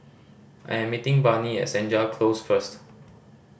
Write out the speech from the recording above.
I am meeting Barnie at Senja Close first